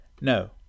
No